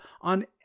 on